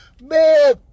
Man